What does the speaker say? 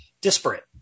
disparate